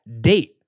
date